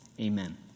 Amen